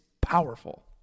powerful